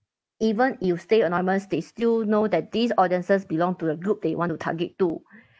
even you stay anonymous they still know that these audiences belong to a group they want to target to